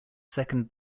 second